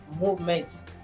movements